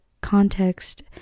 context